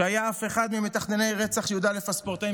שאף היה אחד ממתכנני רצח י"א הספורטאים